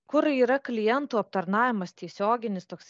kur yra klientų aptarnavimas tiesioginis toks